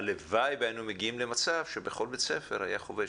הלוואי והיינו מגיעים למצב שבכל בית ספר היה חובש,